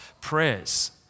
prayers